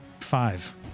Five